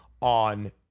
on